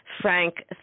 Frank